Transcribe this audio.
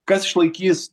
kas išlaikys